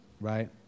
right